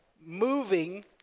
moving